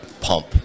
pump